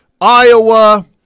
Iowa